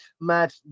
match